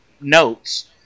notes